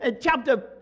chapter